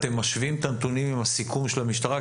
אתם משווים את הנתונים עם הסיכום של המשטרה?